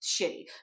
shitty